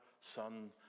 Son